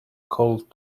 cold